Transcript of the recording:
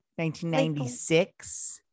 1996